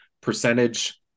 percentage